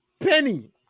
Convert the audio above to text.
penny